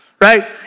right